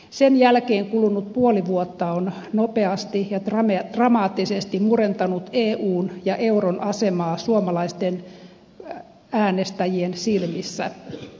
sen jälkeen kulunut puoli vuotta on nopeasti ja dramaattisesti murentanut eun ja euron asemaa suomalaisten äänestäjien silmissä